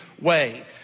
way